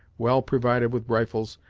well provided with rifles,